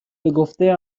بگفته